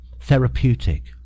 therapeutic